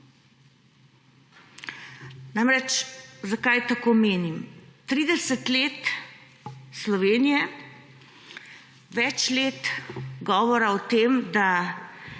Namreč, zakaj tako menim? 30 let Slovenije, več let govora o tem, da